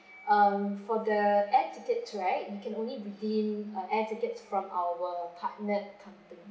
err for the air ticket right you are only redeem um air ticket from our partner company